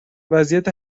وضعیت